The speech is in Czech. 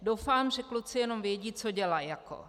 Doufám, že kluci jenom vědí, co dělaj jako.